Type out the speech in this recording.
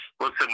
Listen